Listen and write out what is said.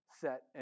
set